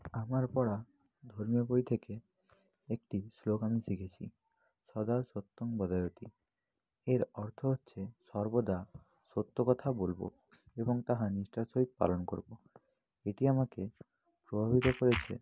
আমার পড়া ধর্মীয় বই থেকে একটি স্লোগান শিখেছি সদা সত্যম বদায়তি এর অর্থ হচ্ছে সর্বদা সত্য কথা বলব এবং তাহা নিষ্ঠার সহিত পালন করব এটি আমাকে প্রভাবিত করেছে